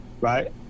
right